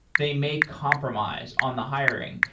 they may compromise on the hiring.